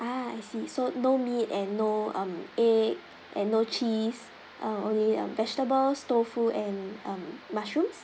ah I see so no meat and no mm egg and no cheese err only err vegetables tofu and mushrooms